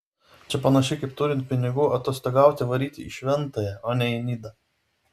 čia panašiai kaip turint pinigų atostogauti varyti į šventąją o ne į nidą